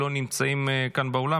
לא נמצאים כאן באולם,